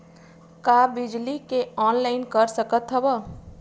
का बिजली के ऑनलाइन कर सकत हव?